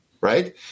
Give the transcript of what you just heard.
right